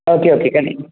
okay okay continue